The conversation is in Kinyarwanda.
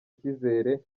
icyizere